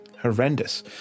Horrendous